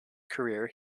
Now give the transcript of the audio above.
career